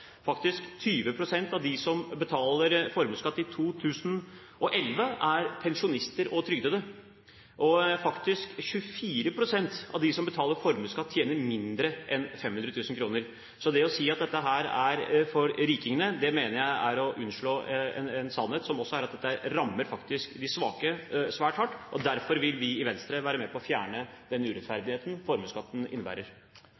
av dem som betaler formuesskatt i 2011, er faktisk pensjonister og trygdede, og 24 pst. av dem som betaler formuesskatt, tjener mindre enn 500 000 kr. Så det å si at dette er for rikingene, mener jeg er å underslå en sannhet. Dette rammer faktisk de svake svært hardt, og derfor vil vi i Venstre være med på å fjerne den